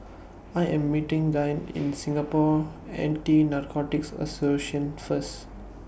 I Am meeting Gavyn in Singapore Anti Narcotics Association First